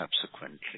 subsequently